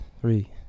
Three